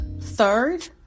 third